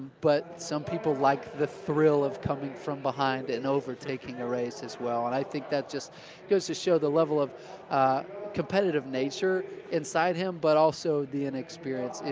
but some people like the thrill of coming from behind and overtaking a race as well, and i think that just goes to show the level of competitive nature inside him, but also the inexperience. and